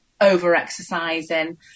over-exercising